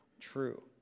True